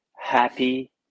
happy